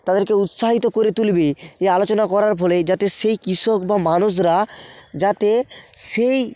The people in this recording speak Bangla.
তাদেরকে উৎসাহিত করে তুলবে এই আলোচনা করার ফলে যাতে সেই কৃষক বা মানুষরা যাতে সেই